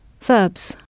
Verbs